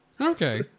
Okay